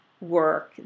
work